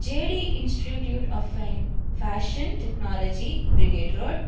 J D institute of fan fashion technology Brigade road